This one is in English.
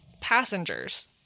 Passengers